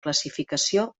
classificació